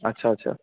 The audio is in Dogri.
अच्छा अच्छा